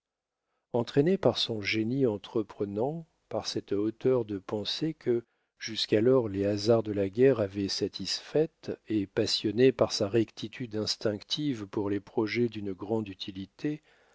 entraîné par son génie entreprenant par cette hauteur de pensée que jusqu'alors les hasards de la guerre avaient satisfaite et passionné par sa rectitude instinctive pour les projets d'une grande utilité